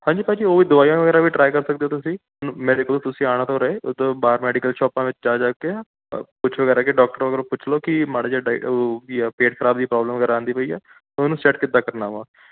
ਹਾਂਜੀ ਭਾਅ ਜੀ ਉਹ ਦਵਾਈਆਂ ਵਗੈਰਾ ਵੀ ਟ੍ਰਾਈ ਕਰ ਸਕਦੇ ਹੋ ਤੁਸੀਂ ਮੇਰੇ ਕੋਲ ਤੁਸੀਂ ਆਣ ਤੋਂ ਰਹੇ ਉੱਤੋਂ ਬਾਹਰ ਮੈਡੀਕਲ ਸ਼ੋਪਾਂ ਵਿੱਚ ਜਾ ਜਾ ਕੇ ਪੁੱਛੋ ਵਗੈਰਾ ਕਿ ਡਾਕਟਰ ਕੋਲੋਂ ਪੁੱਛ ਲਓ ਕਿ ਮਾੜਾ ਜਿਹਾ ਉਹ ਕੀ ਆ ਪੇਟ ਖ਼ਰਾਬ ਦੀ ਪ੍ਰੋਬਲਮ ਵਗੈਰਾ ਆਉਂਦੀ ਪਈ ਆ ਤਾਂ ਉਹਨੂੰ ਸੈੱਟ ਕਿੱਦਾਂ ਕਰਨਾ ਵਾ